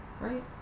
Right